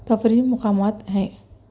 تفریح مقامات ہیں